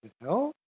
No